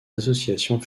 associations